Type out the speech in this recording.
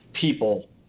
people